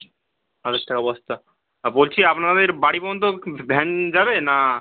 হাজার টাকা বস্তা আর বলছি আপনাদের বাড়ি পর্যন্ত কি ভ্যান যাবে না